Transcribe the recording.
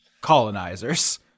colonizers